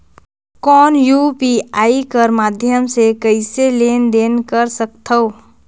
कौन यू.पी.आई कर माध्यम से कइसे लेन देन कर सकथव?